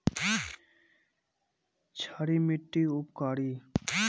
क्षारी मिट्टी उपकारी?